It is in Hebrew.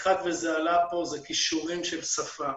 האחד, וזה עלה פה, זה כישורים של שפה.